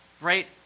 Right